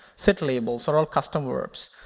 setlabels are all custom verbs.